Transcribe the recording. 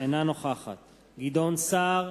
אינה נוכחת גדעון סער,